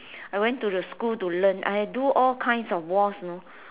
I went to the school to learn I do all kinds of waltz you know